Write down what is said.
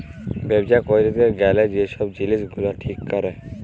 ব্যবছা ক্যইরতে গ্যালে যে ছব জিলিস গুলা ঠিক ক্যরে